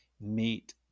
meet